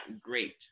great